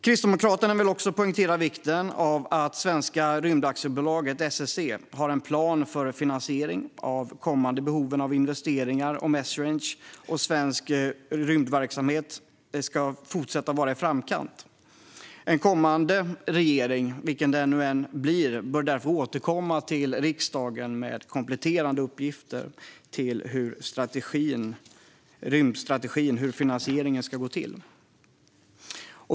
Kristdemokraterna vill också poängtera vikten av att Svenska rymdaktiebolaget, SSC, har en plan för finansieringen av de kommande behoven av investeringar om Esrange och svensk rymdverksamhet ska fortsätta att vara i framkant. En kommande regering, vilken det nu än blir, bör därför återkomma till riksdagen med kompletterande uppgifter om hur finansieringen av rymdstrategin ska gå till.